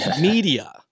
media